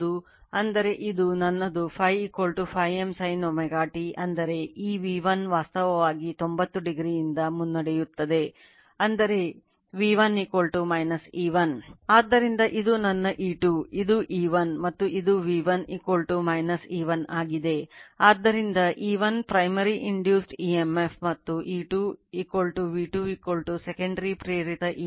ಅಂದರೆ ಇದು ನನ್ನದು Φ Φm sin ω t ಅಂದರೆ ಈ V1 ವಾಸ್ತವವಾಗಿ 90 o ಇಂದ ಮುನ್ನಡೆಸುತ್ತದೆ ಅಂದರೆ V1 E1